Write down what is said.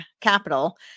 capital